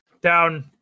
down